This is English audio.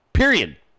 Period